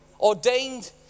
ordained